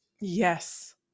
Yes